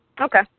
Okay